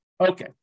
Okay